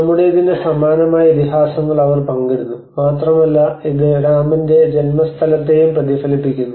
നമ്മുടെതിന് സമാനമായ ഇതിഹാസങ്ങൾ അവർ പങ്കിടുന്നു മാത്രമല്ല ഇത് രാമന്റെ ജന്മസ്ഥലത്തെയും പ്രതിഫലിപ്പിക്കുന്നു